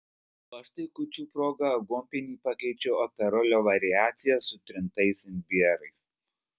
o aš tai kūčių proga aguonpienį pakeičiau aperolio variacija su trintais imbierais